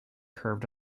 curved